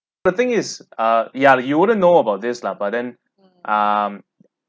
the thing is ah ya lah you wouldn't know about this lah but then um